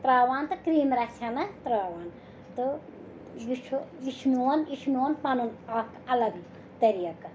ترٛاوان تہٕ کرٛیٖم رَژھِ ہٮ۪نا ترٛاوان تہٕ یہِ چھُ یہِ چھُ میون یہِ چھُ میون پَنُن اَکھ اَلگ طریٖقہٕ